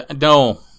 No